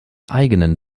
eigenen